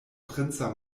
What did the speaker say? princa